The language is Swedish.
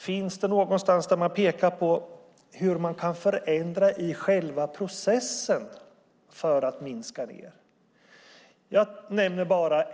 Pekas det någonstans på hur man kan förändra i själva processen för att minska handläggningstiden?